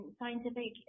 scientific